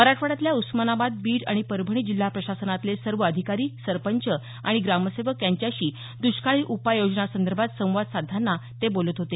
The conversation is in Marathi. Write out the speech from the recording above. मराठवाड्यातल्या उस्मानाबाद बीड आणि परभणी जिल्हा प्रशासनातले सर्व अधिकारी सरपंच आणि ग्रामसेवक यांच्याशी दष्काळी उपाययोजनांसंदर्भात संवाद साधताना ते बोलत होते